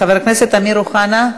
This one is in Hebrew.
חבר הכנסת אמיר אוחנה.